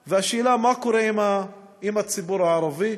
והשאלה, מה קורה עם הציבור הערבי?